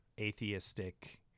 atheistic